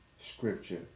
scripture